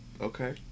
Okay